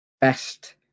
best